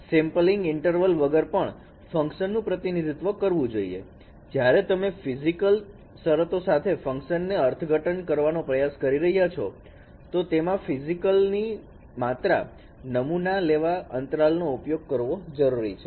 sampling interval વગર પણ function નું પ્રતિનિધિત્વ કરવું જોઈએ જ્યારે તમે ફિઝિકલ શરતો સાથે ફંકશનને અર્થઘટન કરવાનો પ્રયાસ કરી રહ્યા છો તો તેમાં ફિઝિકલ ની માત્રામાં નમૂના લેવા અંતરાલ નો ઉપયોગ કરવો જરૂરી છે